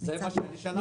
מה שאני שלחתי?